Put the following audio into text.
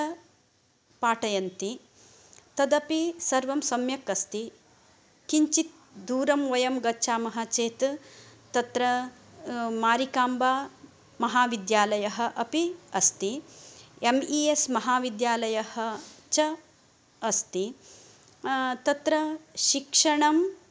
च पाठयन्ति तदपि सर्वं सम्यक् अस्ति किञ्चित् दूरं वयं गच्छामः चेत् तत्र मारिकाम्बामहाविद्यालयः अपि अस्ति एम् ई एस् महाविद्यालयः च अस्ति तत्र शिक्षणं